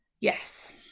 yes